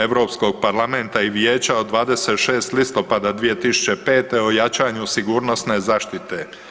Europskog parlamenta i vijeća od 26. listopada 2005. o jačanju sigurnosne zaštite.